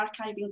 Archiving